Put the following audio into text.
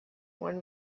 one